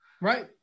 Right